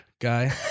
Guy